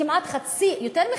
כמעט חצי, יותר מחצי,